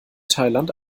thailand